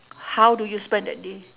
how do you spend that day